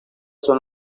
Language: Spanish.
son